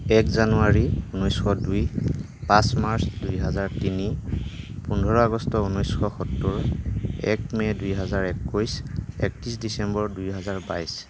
এক জানুৱাৰী ঊনৈছশ দুই পাঁচ মাৰ্চ দুই হাজাৰ তিনি পোন্ধৰ আগষ্ট ঊনৈছশ সত্তৰ এক মে' দুই হাজাৰ একৈছ একত্ৰিছ ডিচেম্বৰ দুই হাজাৰ বাইছ